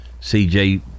CJ